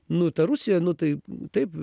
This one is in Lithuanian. nu ta rusija nu tai taip